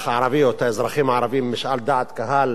הערבי או את האזרחים הערבים במשאל דעת קהל